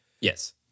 Yes